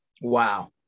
Wow